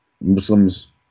Muslims